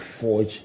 forge